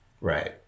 Right